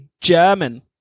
German